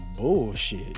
bullshit